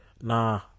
nah